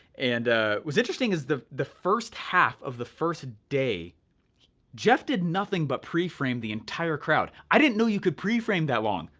and ah what's interesting is the the first half of the first day jeff did nothing but pre-frame the entire crowd. i didn't know you could pre-frame that long.